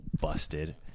busted